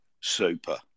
Super